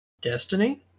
Destiny